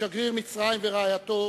שגריר מצרים ורעייתו